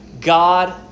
God